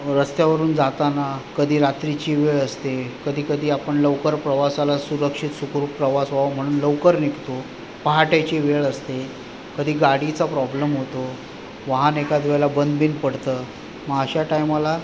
रस्त्यावरून जाताना कधी रात्रीची वेळ असते कधी कधी आपण लवकर प्रवासाला सुरक्षित सुखरूप प्रवास व्हावा म्हणून लवकर निघतो पहाटेची वेळ असते कधी गाडीचा प्रॉब्लम होतो वाहन एखाद्या वेळेला बंदबीन पडतं मग अशा टायमाला